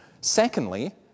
Secondly